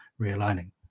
realigning